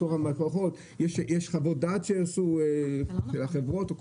יש חוות דעת שהחברות עשו -- זה לא נכון.